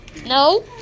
No